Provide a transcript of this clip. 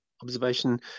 observation